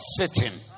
sitting